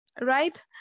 right